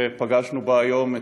ופגשנו אותה היום,